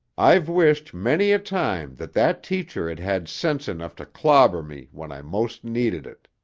i've wished many a time that that teacher had had sense enough to clobber me when i most needed it.